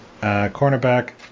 cornerback